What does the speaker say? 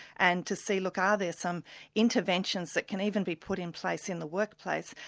and to see look, are there some interventions that can even be put in place in the workplace,